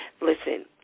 listen